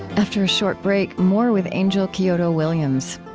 after a short break, more with angel kyodo williams.